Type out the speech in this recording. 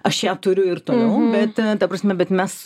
aš ją turiu ir toliau bet ta prasme bet mes